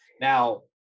Now